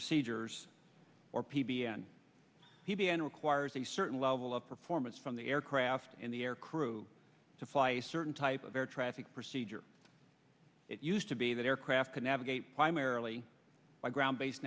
procedures or p b n p b n requires a certain level of performance from the aircraft in the air crew to fly a certain type of air traffic procedure it used to be that aircraft can navigate primarily by ground base